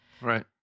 Right